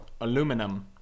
aluminum